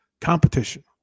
competition